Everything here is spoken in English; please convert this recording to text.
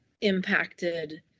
impacted